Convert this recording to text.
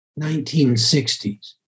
1960s